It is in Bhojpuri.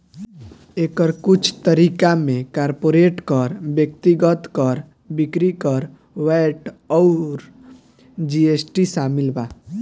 एकर कुछ तरीका में कॉर्पोरेट कर, व्यक्तिगत कर, बिक्री कर, वैट अउर जी.एस.टी शामिल बा